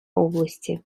области